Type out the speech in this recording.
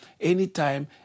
Anytime